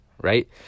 right